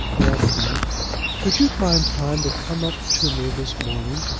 ran the note could you find time to come up to me this morning?